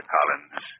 Collins